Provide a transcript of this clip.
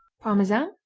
parmesan,